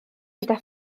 gyda